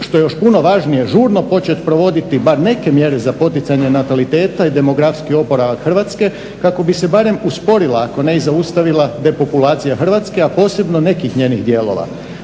što je još puno važnije, žurno početi provoditi bar neke mjere za poticanje nataliteta i demografski oporavak Hrvatske kako bi se barem usporila ako ne i zaustavila depopulacija Hrvatske, a posebno nekih njenih dijelova.